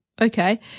Okay